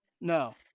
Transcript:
No